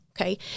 okay